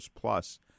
plus